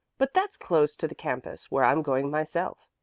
but that's close to the campus, where i'm going myself.